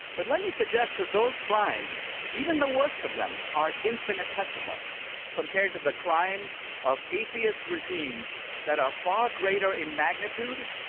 but let me suggest that those crimes, even the worst of them, are infinitesimal compared to the crimes ofatheist regimes that are far greater in magnitude,